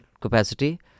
capacity